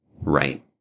Right